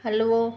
हलिवो